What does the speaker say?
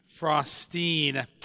Frostine